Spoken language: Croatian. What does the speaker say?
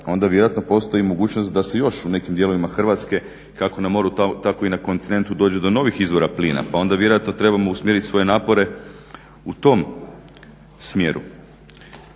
onda vjerojatno postoji mogućnost da se još u nekim dijelovima Hrvatske kako na moru, tako i na kontinentu dođe do novih izvora plina pa onda vjerojatno trebamo usmjerit svoje napore u tom smjeru.